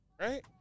right